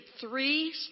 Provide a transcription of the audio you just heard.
three